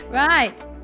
Right